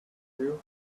you